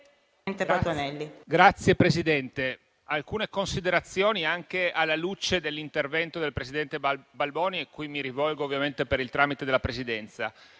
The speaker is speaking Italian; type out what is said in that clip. Signor Presidente, farò alcune considerazioni, anche alla luce dell'intervento del presidente Balboni, e qui mi rivolgo a lui ovviamente per il tramite della Presidenza.